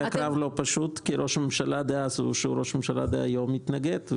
היה קרב לא פשוט כי ראש הממשלה דאז שהוא ראש הממשלה דהיום התנגד.